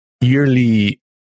yearly